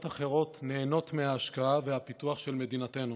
אחרות נהנות מההשקעה והפיתוח של מדינתנו.